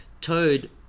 Toad